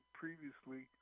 previously